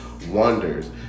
Wonders